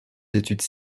études